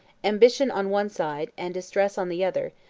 ambition on one side, and distress on the other,